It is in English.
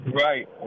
Right